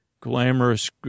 Glamorous